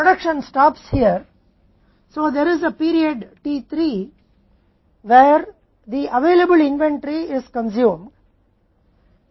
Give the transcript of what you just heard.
उत्पादन यहाँ रुक जाता है इसलिए वहाँ अवधि t 3 है जहाँ उपलब्ध इन्वेंट्री का उपभोग किया जाता है